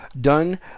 done